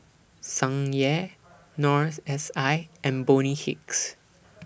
Tsung Yeh North S I and Bonny Hicks